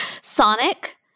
Sonic